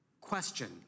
Question